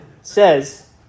says